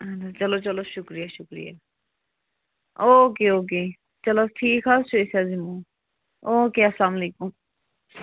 اہن حظ چلو چلو شُکرِیہ شُکرِیہ اوکے اوکے چلو ٹھیٖک حظ چھُ أسۍ حظ یِمو اوکے السلام علیکُم